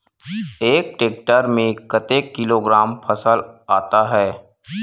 एक टेक्टर में कतेक किलोग्राम फसल आता है?